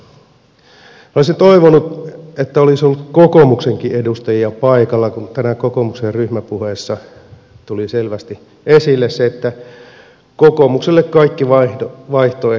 minä olisin toivonut että olisi ollut kokoomuksenkin edustajia paikalla kun tänään kokoomuksen ryhmäpuheessa tuli selvästi esille se että kokoomukselle kaikki vaihtoehdot käyvät